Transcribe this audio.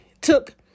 took